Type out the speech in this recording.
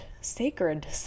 sacred